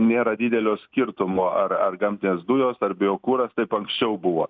nėra didelio skirtumo ar ar gamtinės dujos ar biokuras taip anksčiau buvo